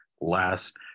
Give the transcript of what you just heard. last